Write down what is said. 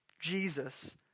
Jesus